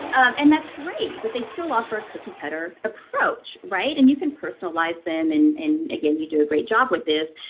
and that's great, but they still offer a cookie-cutter approach right? and you can personalize them, and and again, you do a great job with this.